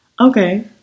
Okay